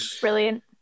brilliant